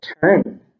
turn